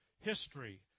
history